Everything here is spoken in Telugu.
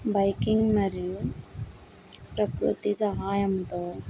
బైకింగ్ మరియు ప్రకృతి సహాయంతో